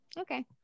okay